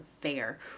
fair